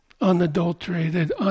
unadulterated